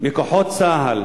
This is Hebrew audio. מכוחות צה"ל,